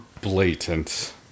blatant